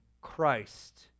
Christ